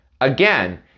Again